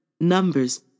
Numbers